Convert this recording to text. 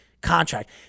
contract